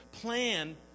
plan